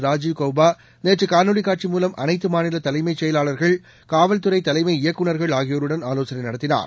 ராஜீவ் கௌபா நேற்று காணொலி காட்சி மூலம் அனைத்து மாநில தலைமை செயலாளர்கள் காவல்துறை தலைமை இயக்குநர்கள் ஆகியோருடன் ஆலோசனை நடத்தினார்